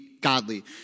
godly